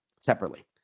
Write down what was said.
separately